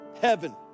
heaven